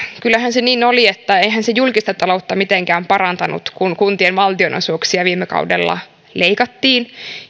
kyllähän se niin on että eihän se julkista taloutta mitenkään parantanut että kuntien valtionosuuksia viime kaudella leikattiin